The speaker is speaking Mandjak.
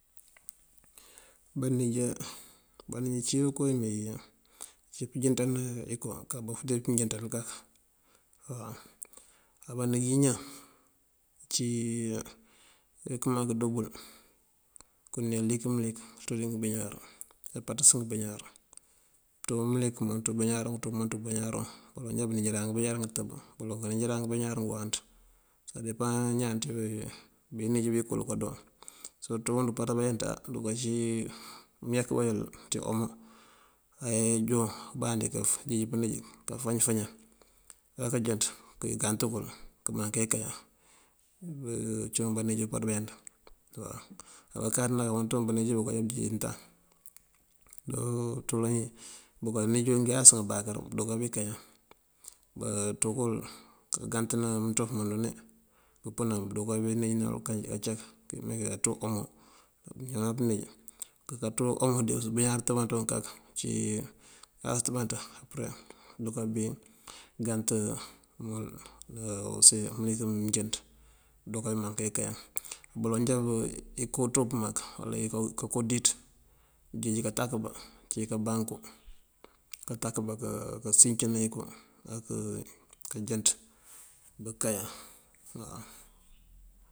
Banijá, banij ací koowí mee wí ací pëjënţan iko abof dí mënjënţal kak waw. Á banij iñan cí akëma këdoo bul akëdu mee cik mëlik kaţú dí ngëbeñuwar kapaţan ngëbeñuwar. Këţú mëlik ţí ubeñuwar wuŋ këţú këtú muŋ ţí ubeñuwar wuŋ baloŋ já bënijaran ngëbeñuwar ngëtëb baloŋ kanijaran ngëbeñuwar ngëwáanţ sá depaŋ ñaan ţí bí nënij bí kul kadoo. Surëtú wund umpaţ bayënt aduka cí mëyek bayul ţí omo ayëjoon ibandi këjeej pënij kafañ fañan á kajënţ këgant kul këmaŋ kaye kayan, cúun banij umpaţ bayënţ waw. Á bakáaţ nak bamënţ bukuŋ banij bukal abëjeej untaŋ ţul. Bukanij ngëyas ngëbáakar buduka bí kayan baţú kul kagantëna mënţop mundane bëpënan bëduka bí nijëna awukay acá bëpëni kaţú omo bëjeej pënij. Bëkaka ţú omo dí ubeñuwar utëbanţën wuŋ kak cí uyas utëbanţën apëre nëduka bí gant mul ná mëlik mënjënţ aduka maŋ kaye kayan. Baloŋ jábu iko ţop mak wala kako díţ bëjeej katakuba uncí wí kabanku, katakuba kasincëna iko akëjënţ bëkayan waw.